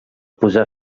posar